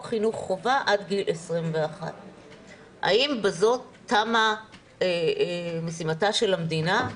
חינוך חובה עד גיל 21. האם בזאת תמה משימתה של המדינה?